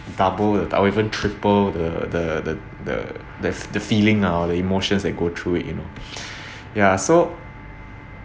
double or even triple the the the the fe~ the feeling now the emotions that go through it you know ya so